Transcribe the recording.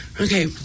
Okay